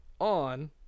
on